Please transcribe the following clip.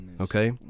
Okay